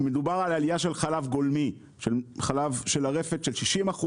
מדובר על עלייה של חלב גולמי של הרפת של 60%,